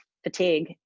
fatigue